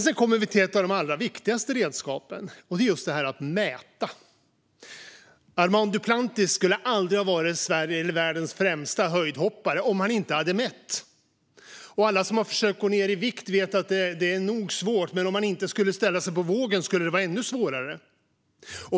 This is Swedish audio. Sedan kommer vi till ett av de allra viktigaste redskapen, nämligen att mäta. Armand Duplantis skulle aldrig ha varit Sveriges eller världens främsta stavhoppare om han inte hade mätt. Alla som har försökt att gå ned i vikt vet att det är nog svårt, men om man inte skulle ställa sig på vågen skulle det vara ännu svårare.